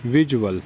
visual